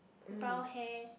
brown hair